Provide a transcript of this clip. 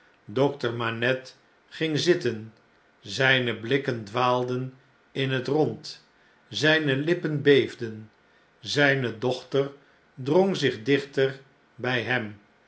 dokter manette ging zitten zijne blikken dwaalden in het rond zgne lippen beefden zjjne dochter drong zich dichter bij hem